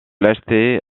lâcheté